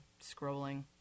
scrolling